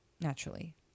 naturally